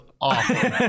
awful